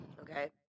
Okay